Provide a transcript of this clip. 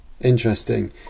Interesting